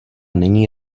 není